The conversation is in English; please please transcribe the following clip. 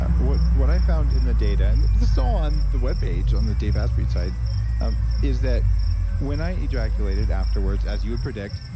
ah what what i found in the data and i saw on the webpage on the dave asprey site ah is that when i ejaculated afterwards, as you would predict,